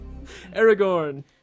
Aragorn